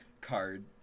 card